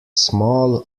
small